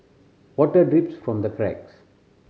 water drips from the cracks